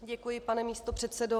Děkuji, pane místopředsedo.